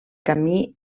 camí